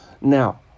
Now